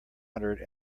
hundred